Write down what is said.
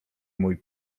mój